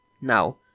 Now